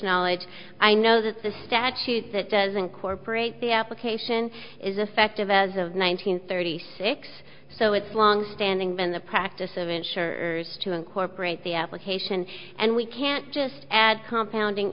knowledge i know that the statute that does incorporate the application is effective as of one nine hundred thirty six so it's longstanding been the practice of insurers to incorporate the application and we can't just add compound ing